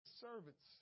servants